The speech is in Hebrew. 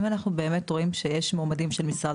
אם אנחנו באמת רואים שיש מועמדים של משרד